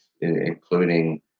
including